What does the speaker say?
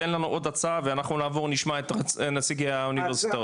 תן לנו עוד הצעה ואנחנו נעבור לשמוע את נציגי האוניברסיטאות.